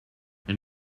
and